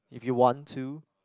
if you want to